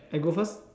I go first